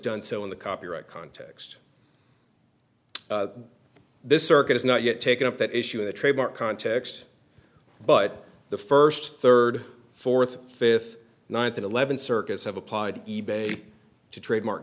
done so in the copyright context this circuit has not yet taken up that issue of the trademark context but the first third fourth fifth ninth and eleven circuits have applied e bay to trademark